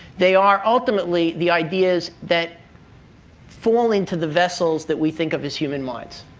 they are ultimately the ideas that fall in to the vessels that we think of as human minds.